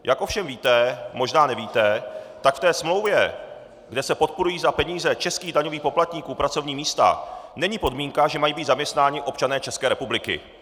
Jak ovšem víte, možná nevíte, tak v té smlouvě, kde se podporují za peníze českých daňových poplatníků pracovní místa, není podmínka, že mají být zaměstnáni občané České republiky.